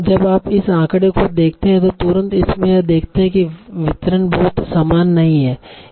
जब आप इस आंकड़े को देखते हैं तो तुरंत इसमें यह देखते हैं कि वितरण बहुत समान नहीं है